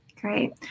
Great